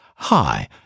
Hi